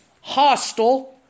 hostile